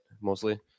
Mostly